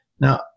Now